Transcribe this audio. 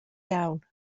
iawn